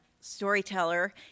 Storyteller